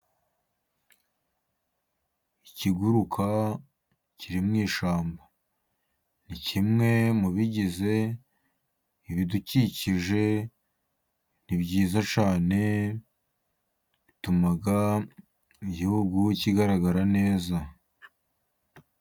Ikiguruka kiri mu ishyamba, ni kimwe mu bigize ibidukikije, ni byiza cyane, bituma igihugu kigaragara neza.